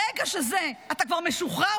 ברגע שאתה כבר משוחרר,